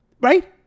Right